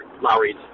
Lowry's